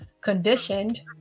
conditioned